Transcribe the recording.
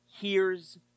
hears